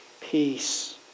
Peace